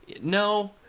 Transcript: No